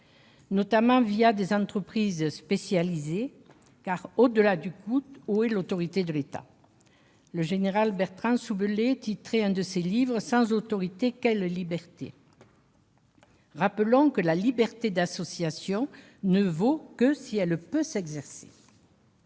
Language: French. notamment des entreprises spécialisées. Au-delà du coût, où est l'autorité de l'État ? Le général Bertrand Soubelet titrait un de ses livres : Rappelons que la liberté d'association ne vaut que si elle peut s'exercer.